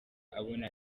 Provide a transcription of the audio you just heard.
abona